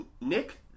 Nick